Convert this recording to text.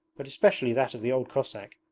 but especially that of the old cossack,